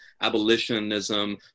abolitionism